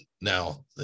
now